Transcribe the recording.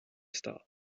start